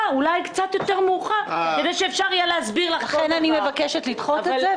יש שתי הצעות לסדר,